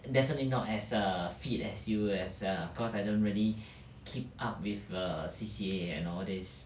definitely not as err fit as you as err cause I don't really keep up with err C_C_A and all this